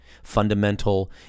Fundamental